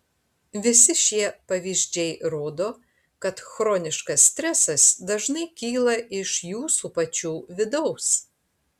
visi šie pavyzdžiai rodo kad chroniškas stresas dažnai kyla iš jūsų pačių vidaus